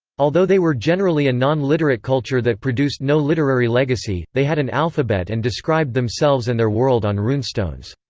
although they were generally a non-literate culture that produced no literary legacy, they had an alphabet and described themselves and their world on runestones.